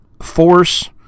force